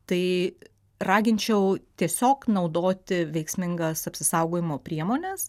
tai raginčiau tiesiog naudoti veiksmingas apsisaugojimo priemones